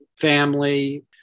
family